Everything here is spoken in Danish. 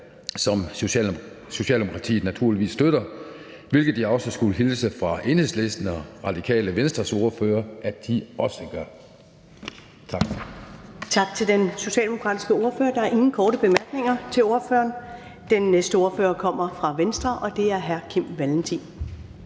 som Socialdemokratiet naturligvis støtter, hvilket jeg også skulle hilse fra Enhedslistens og Radikale Venstres ordfører og sige at de også gør.